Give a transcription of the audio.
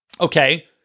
Okay